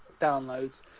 downloads